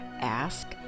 ask